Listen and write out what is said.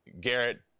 Garrett